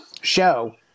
show